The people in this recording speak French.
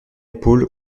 épaule